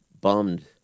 bummed